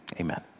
Amen